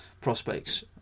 prospects